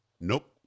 Nope